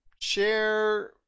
share